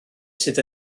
sydd